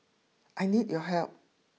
I need your help